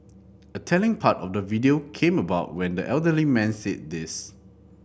a telling part of the video came about when the elderly man said this